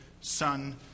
son